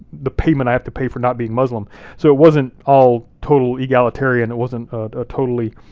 the payment i have to pay for not being muslim, so it wasn't all total egalitarian. it wasn't a totally